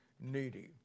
needy